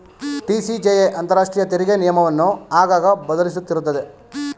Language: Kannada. ಟಿ.ಸಿ.ಜೆ.ಎ ಅಂತರಾಷ್ಟ್ರೀಯ ತೆರಿಗೆ ನಿಯಮವನ್ನು ಆಗಾಗ ಬದಲಿಸುತ್ತಿರುತ್ತದೆ